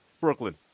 Brooklyn